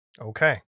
Okay